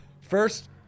first